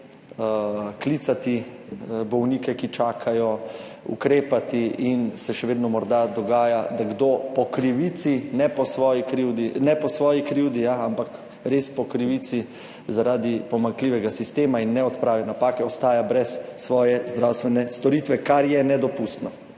klicati bolnike, ki čakajo, ukrepati, in se še vedno morda dogaja, da kdo po krivici, ne po svoji krivdi, ampak res po krivici, zaradi pomanjkljivega sistema in ne odprave napake ostaja brez svoje zdravstvene storitve, kar je nedopustno.